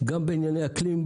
גם בענייני אקלים,